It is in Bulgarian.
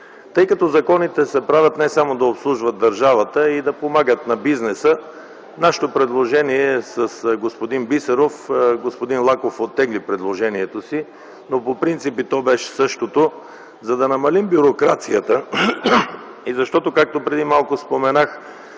закон. Законите се правят не само да обслужват държавата, но и за да помагат на бизнеса. Нашето предложение с господин Бисеров, тъй като господин Лаков оттегли предложението си, но по принцип то беше същото, за да намалим бюрокрацията и както преди малко споменах,